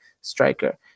striker